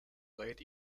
late